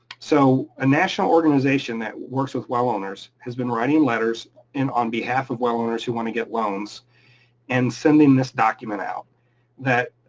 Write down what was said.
so a national organisation that works with well owners has been writing letters in on behalf of well owners who want to get loans and sending this document out that